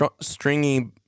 stringy